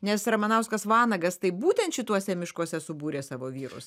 nes ramanauskas vanagas tai būtent šituose miškuose subūrė savo vyrus